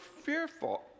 fearful